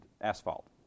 asphalt